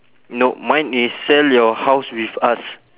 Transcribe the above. nope mine is sell your house with us